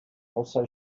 also